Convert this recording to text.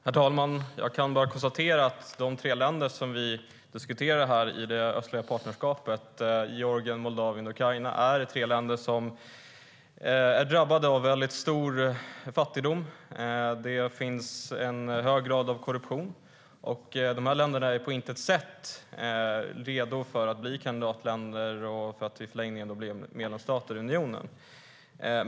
Herr talman! Jag kan bara konstatera att de tre länder i det östliga partnerskapet som vi diskuterar här, Georgien, Moldavien och Ukraina, är tre länder som är drabbade av stor fattigdom. Det finns en hög grad av korruption. De här länderna är på intet sätt redo att bli kandidatländer eller i förlängningen medlemsstater i unionen.